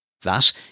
Thus